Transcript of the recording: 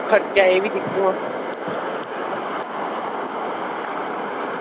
खर्चे ई बी दिक्खेओ